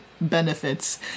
benefits